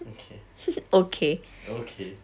okay okay